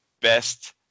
Best